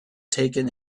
taken